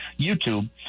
YouTube